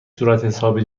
صورتحساب